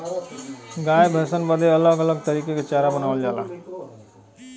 गाय भैसन बदे अलग अलग तरीके के चारा बनावल जाला